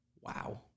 Wow